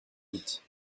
vite